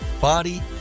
body